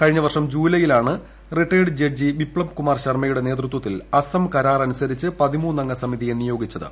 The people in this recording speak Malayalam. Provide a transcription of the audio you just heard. കഴിഞ്ഞ വർഷം ജൂലൈയിലാണ് റിട്ടയേർഡ് ജഡ്ജി ബിപ്ലബ് കുമാർ ശർമ്മയുടെ നേതൃത്വത്തിൽ അസം കരാർ അന്നുസ്പ്രിച്ച് പതിമ്മൂന്നംഗ സമിതിയെ നിയോഗിച്ചത്